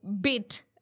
bit